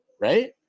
Right